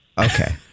Okay